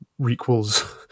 requels